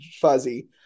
fuzzy